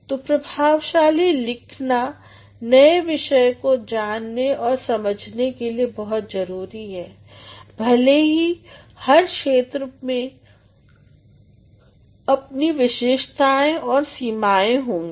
तो प्रभावशाली लिखन नए विषय को जानने और समझने के लिए बहुत जरुरी है भले ही हर क्षेत्र के अपने विशेषताएं और सीमाएं होंगी